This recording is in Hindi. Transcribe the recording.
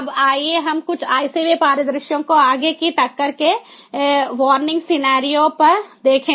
अब आइए हम कुछ ICV परिदृश्यों को आगे की टक्कर के वार्निंग सिनेरियो पर देखें